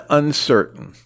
uncertain